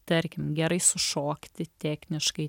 tarkim gerai sušokti techniškai